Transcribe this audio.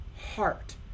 heart